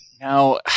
Now